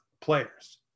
players